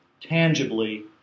tangibly